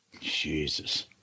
Jesus